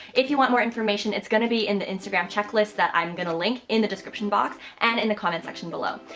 if you want more information, it's going to be in the instagram checklist that i'm going to link in the description box, and in the comment section below.